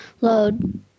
load